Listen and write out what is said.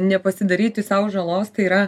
nepasidaryti sau žalos tai yra